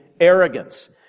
arrogance